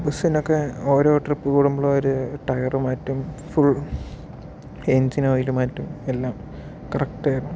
ബസ്സിനൊക്കെ ഓരോ ട്രിപ്പ് കൂടുമ്പോളും അവർ ടയർ മാറ്റും ഫുൾ എൻജിൻ ഓയിൽ മാറ്റും എല്ലാം കറക്ട് ആയിരുന്നു